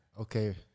Okay